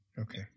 Okay